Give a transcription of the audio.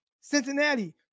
Cincinnati